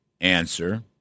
answer